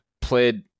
played